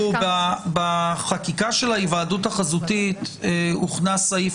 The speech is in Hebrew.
בחקיקה של ההיוועדות החזותית הוכנס סעיף